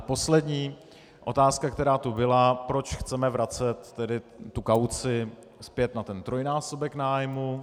Poslední otázka, která tu byla, proč chceme vracet tedy tu kauci zpět na trojnásobek nájmu.